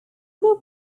look